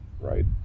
right